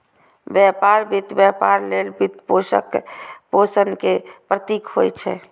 व्यापार वित्त व्यापार लेल वित्तपोषण के प्रतीक होइ छै